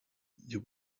you